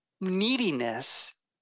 neediness